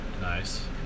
Nice